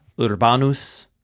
Urbanus